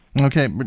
Okay